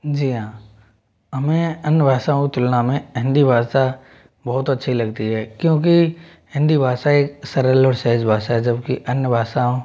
जी हाँ हमें अन्य भाषाओ की तुलना में हिन्दी भाषा बहुत अच्छी लगती है क्योंकि हिन्दी भाषा एक सरल और सहज भाषा है जबकि अन्य भाषाओं